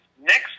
Next